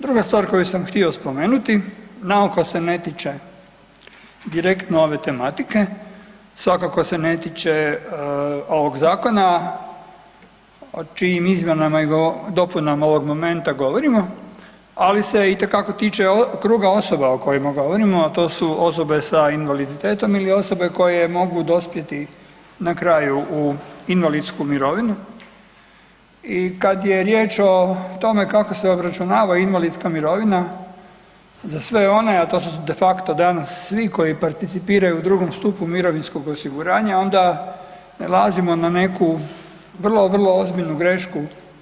Druga stvar koju sam htio spomenuti, na oko se ne tiče direktno ove tematike, svakako se ne tiče ovoga zakona o čijim izmjenama i dopunama ovog momenta govorimo, ali se itekako tiče kruga osoba o kojima govorimo a to su osobe sa invaliditetom ili osobe koje mogu dospjeti na kraju u invalidsku mirovinu i kada je riječ o tome kako se obračunava invalidska mirovina za sve one a to su de facto danas svi koji participiraju u II. stupu mirovinskog osiguranja onda nailazimo na neku vrlo, vrlo ozbiljnu grešku.